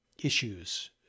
issues